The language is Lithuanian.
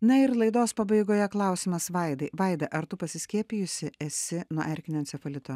na ir laidos pabaigoje klausimas vaidai vaida ar tu pasiskiepijusi esi nuo erkinio encefalito